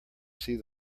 sea